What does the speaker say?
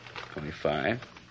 twenty-five